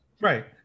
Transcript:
Right